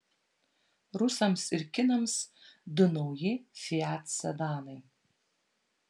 rusams ir kinams du nauji fiat sedanai